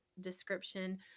description